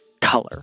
color